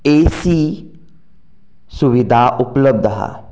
AC सुविदा उपलब्द आसा